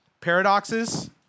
paradoxes